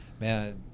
man